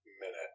minute